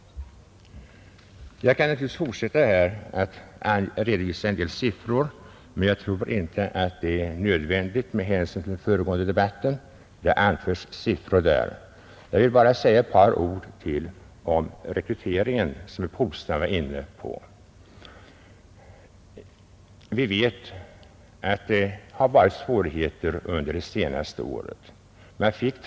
Jag skulle naturligtvis här kunna redovisa en del sifferuppgifter om polisverksamhetsutveckling efter förstatligandet, men jag tror inte att det är nödvändigt med hänsyn till att sådana uppgifter redan har anförts i denna debatt. Jag vill dock säga ett par ord om rekryteringen, som herr Polstam också var inne på. Vi vet att det har varit svårigheter under det senaste året med rekryteringen.